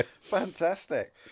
Fantastic